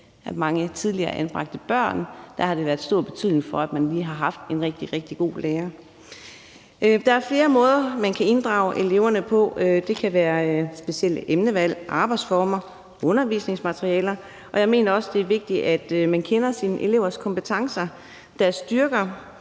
mange tidligere anbragte børn har haft stor betydning, at de lige har haft en rigtig, rigtig god lærer. Der er flere måder, man kan inddrage eleverne på. Det kan være specielle emnevalg, arbejdsformer og undervisningsmaterialer, og jeg mener også, at det er vigtigt, at man kender sine elevers kompetencer, deres styrker